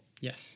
Yes